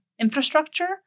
infrastructure